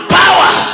power